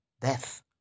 Death